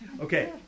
Okay